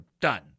done